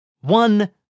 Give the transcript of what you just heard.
One